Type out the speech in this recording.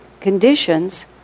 conditions